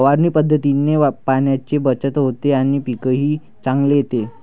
फवारणी पद्धतीने पाण्याची बचत होते आणि पीकही चांगले येते